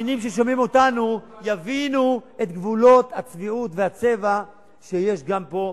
שהמאזינים ששומעים אותנו יבינו את גבולות הצביעות והצבע שיש גם פה,